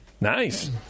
Nice